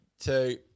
two